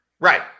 Right